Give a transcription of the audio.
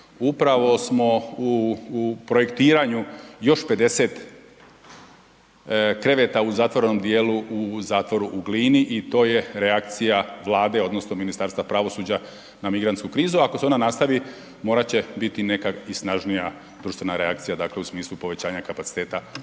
Upravo smo u projektiranju još 50 kreveta u zatvorenom dijelu u Zatvoru u Glini i to je reakcija Vlade, odnosno Ministarstva pravosuđa na migrantsku krizu. Ako se ona nastavi, morat će biti neka i snažnija društvena reakcija, dakle u smislu povećanja kapaciteta